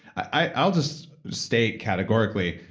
i'll just state categorically,